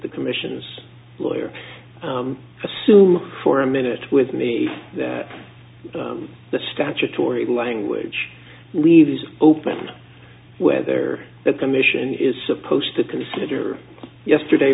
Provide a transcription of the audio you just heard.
the commission's lawyer assume for a minute with me the statutory language leaves open whether the commission is supposed to consider yesterday